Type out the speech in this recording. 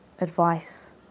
advice